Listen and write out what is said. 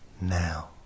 now